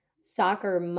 soccer